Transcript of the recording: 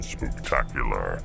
Spooktacular